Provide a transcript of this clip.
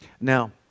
Now